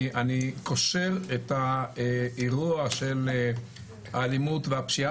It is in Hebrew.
אני קושר את האירוע של האלימות והפשיעה